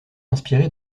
inspirée